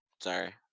sorry